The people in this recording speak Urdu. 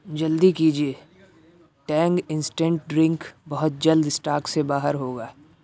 جلدی کیجیے ٹینگ انسٹنٹ ڈرنک بہت جلد اسٹاک سے باہر ہوگا